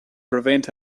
prevent